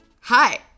Hi